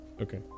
okay